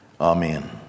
amen